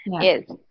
Yes